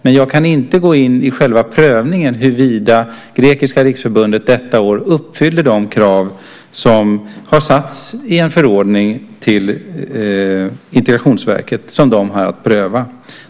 Men jag kan inte gå in på själva prövningen av huruvida Grekiska Riksförbundet detta år uppfyller de krav som har satts upp i en förordning till Integrationsverket och som de har att pröva.